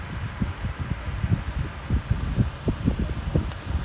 oh okay lah like I mean like நம்ம சும்ம ஒரு:namma summa oru try பண்ணலாம் ஆனா:pannalam aanaa